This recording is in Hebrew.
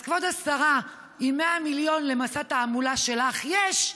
אז כבוד השרה, אם 100 מיליון למסע תעמולה שלך יש,